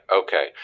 Okay